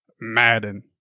Madden